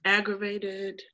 Aggravated